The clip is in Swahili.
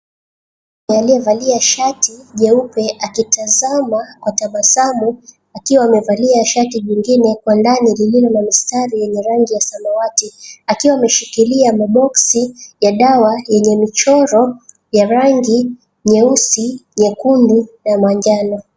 Aliyevalia shati jeupe akitazama kwa tabasamu akiwa amevalia shati jingine kwa ndani lililo na mistari yenye rangi ya samawati, akiwa ameshikilia maboksi ya dawa yenye michoro ya rangi nyeusi, nyekundu na manjano.